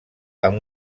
amb